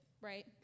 right